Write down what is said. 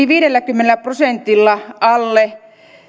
yli viidelläkymmenellä prosentilla alle